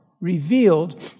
revealed